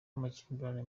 amakimbirane